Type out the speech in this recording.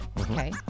Okay